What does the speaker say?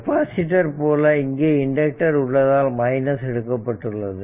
capacitor போல இங்கே inductor உள்ளதால் மைனஸ் எடுக்கப்பட்டுள்ளது